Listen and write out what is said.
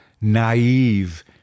naive